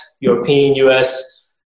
European-US